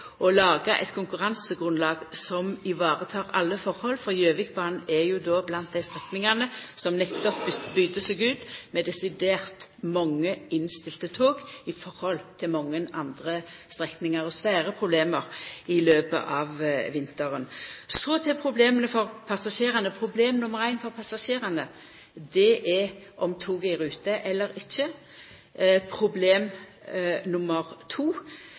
å laga eit konkurransegrunnlag som varetek alle forhold, for Gjøvikbanen er blant dei strekningane som nettopp skilde seg ut med desidert mange innstilte tog i forhold til mange andre strekningar. Dei hadde svære problem i løpet av vinteren. Så til problema for passasjerane. Problem nr. 1 for passasjerane er om toget er i rute eller ikkje. Problem